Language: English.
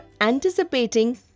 anticipating